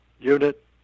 unit